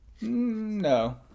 No